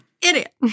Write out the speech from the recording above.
Idiot